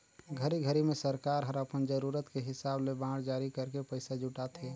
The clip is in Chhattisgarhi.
घरी घरी मे सरकार हर अपन जरूरत के हिसाब ले बांड जारी करके पइसा जुटाथे